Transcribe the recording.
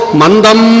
mandam